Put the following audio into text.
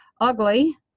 ugly